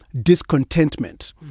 discontentment